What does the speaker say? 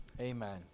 Amen